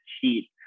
cheat